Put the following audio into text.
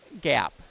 gap